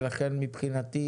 ולכן מבחינתי